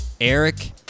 Eric